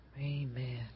amen